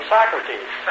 Socrates